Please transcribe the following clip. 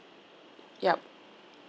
yup